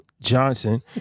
johnson